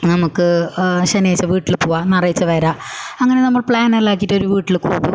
നമുക്ക് ശനിയാഴ്ച വീട്ടിൽ പോവാം ഞായറാഴ്ച വരാം അങ്ങനെ നമ്മൾ പ്ലാൻ എല്ലാം ആക്കിയിട്ട് ഒരു വീട്ടിലേക്ക് പോകും